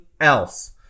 else